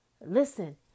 Listen